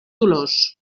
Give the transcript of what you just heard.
dolors